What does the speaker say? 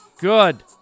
Good